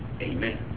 Amen